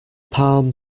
palm